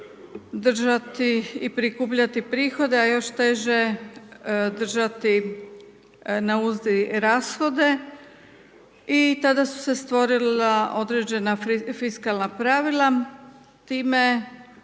držati i prikupljati prihode, a još teže držati na uzdi rashode i tada su se stvorila određena fiskalna pravila time,